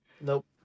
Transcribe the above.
Nope